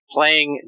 playing